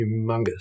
humongous